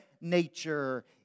nature